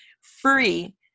free